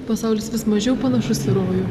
pasaulis vis mažiau panašus į rojų